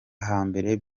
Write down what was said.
hambere